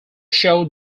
show